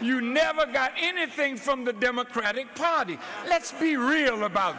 you never got anything from the democratic party let's be real about